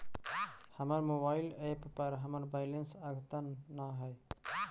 हमर mobile app पर हमर बैलेंस अद्यतन ना हई